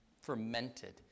fermented